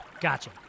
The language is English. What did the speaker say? gotcha